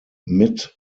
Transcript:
mid